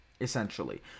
essentially